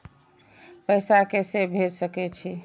पैसा के से भेज सके छी?